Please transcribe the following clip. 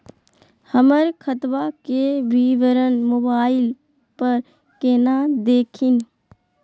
हमर खतवा के विवरण मोबाईल पर केना देखिन?